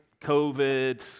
COVID